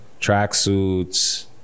tracksuits